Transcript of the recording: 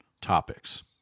topics